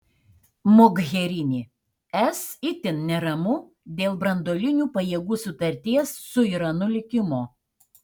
mogherini es itin neramu dėl branduolinių pajėgų sutarties su iranu likimo